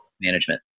management